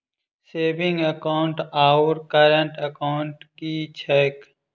Saving account आओर current account की छैक?